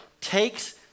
takes